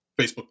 Facebook